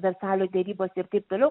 versalio derybose ir taip toliau